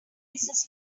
mrs